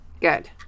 Good